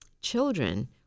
children